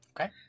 Okay